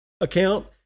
account